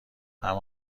همه